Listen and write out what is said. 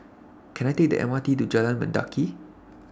Can I Take The M R T to Jalan Mendaki